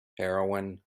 heroine